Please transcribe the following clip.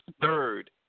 third